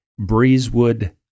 Breezewood